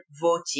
voting